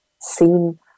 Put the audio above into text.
seen